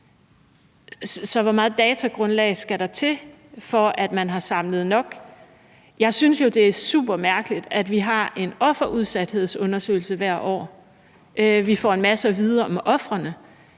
Så hvor meget datagrundlag skal der til, for at man har samlet nok? Jeg synes jo, det er supermærkeligt, at vi har en offerudsathedsundersøgelse hvert år, hvor vi får en masse at vide om ofrene,